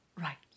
Right